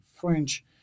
French